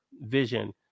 vision